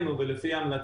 וזה לא נגמר.